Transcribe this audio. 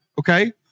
okay